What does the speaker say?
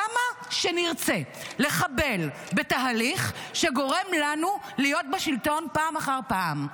למה שנרצה לחבל בתהליך שגורם לנו להיות בשלטון פעם אחר פעם?